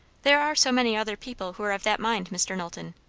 there are so many other people who are of that mind, mr. knowlton!